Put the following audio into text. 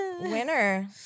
Winner